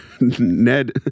Ned